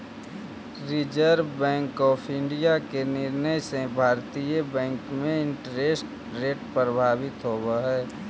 reserve Bank of India के निर्णय से भारतीय बैंक में इंटरेस्ट रेट प्रभावित होवऽ हई